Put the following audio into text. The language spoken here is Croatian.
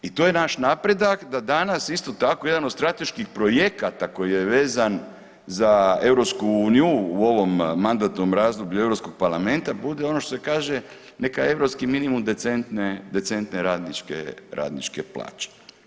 I to je naš napredak da danas isto tako jedan od strateških projekata koji je vezan za EU u ovom mandatnom razdoblju Europskog parlamenta bude ono što se kaže neki europski minimum decentne, decentne radničke, radničke plaće.